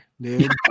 dude